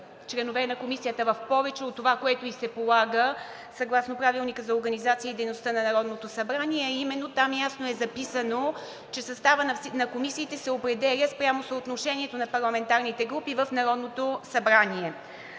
членове на комисията в повече от това, което ѝ се полага съгласно Правилника за организацията и дейността на Народното събрание, а именно там ясно е записано, че съставът на комисиите се определя спрямо съотношението на парламентарните групи в Народното събрание.